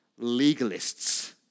legalists